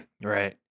Right